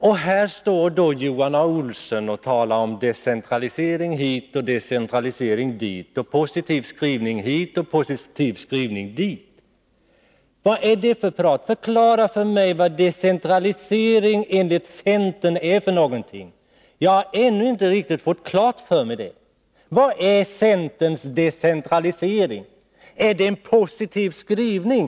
Men här står Johan Olsson och talar om decentralisering hit och decentralisering dit, positiv skrivning hit och positiv skrivning dit! Vad är det för prat! Förklara för mig vad decentralisering enligt centern är för någonting! Jag har ännu inte riktigt fått det klart för mig. Vad är centerns decentralisering? Är det en positiv skrivning?